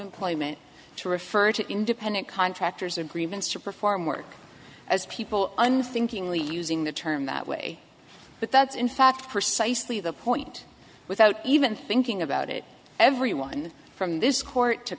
employment to refer to independent contractors agreements to perform work as people unthinkingly using the term that way but that's in fact precisely the point without even thinking about it everyone from this court to